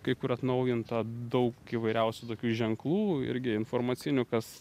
kai kur atnaujinta daug įvairiausių tokių ženklų irgi informacinių kas